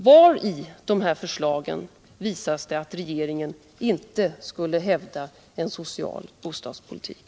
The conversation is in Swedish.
Var i de förslagen visas det att regeringen inte skulle hävda en social bostadspolitik?